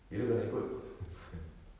bila kau nak ikut